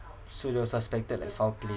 so they were suspected like foul pla~